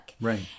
Right